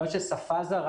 בעיות של שפה זרה